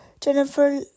jennifer